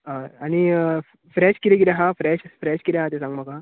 हय आनी फ्रेश कितें कितें आसा फ्रेश फ्रेश कितें आसा तें सागं म्हका